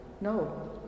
No